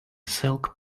silk